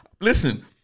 Listen